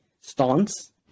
stance